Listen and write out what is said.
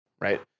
right